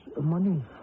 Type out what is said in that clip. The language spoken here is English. money